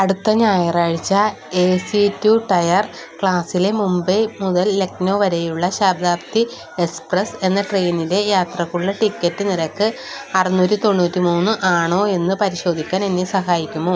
അടുത്ത ഞായറാഴ്ച A C two tier ക്ലാസിലെ മുംബൈ മുതൽ ലക്നൗ വരെയുള്ള ശതാബ്ദി എക്സ്പ്രസ്സ് എന്ന ട്രെയിനിലെ യാത്രയ്ക്കുള്ള ടിക്കറ്റ് നിരക്ക് അറുന്നൂറ്റി തൊണ്ണൂറ്റി മൂന്ന് ആണോ എന്ന് പരിശോധിക്കാൻ എന്നെ സഹായിക്കുമോ